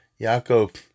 Yaakov